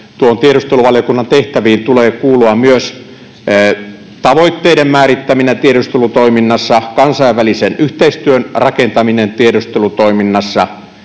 tiedusteluvaliokunnan tehtäviin tulee kuulua myös tavoitteiden määrittäminen tiedustelutoiminnassa, kansainvälisen yhteistyön rakentaminen tiedustelutoiminnassa